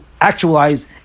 actualize